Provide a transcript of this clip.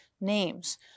names